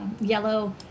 yellow